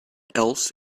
else